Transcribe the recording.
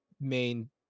main